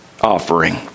offering